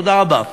תודה רבה.